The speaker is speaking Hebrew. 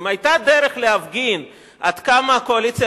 אם היתה דרך להפגין עד כמה הקואליציה